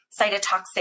cytotoxic